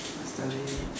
ask the lady